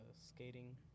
skating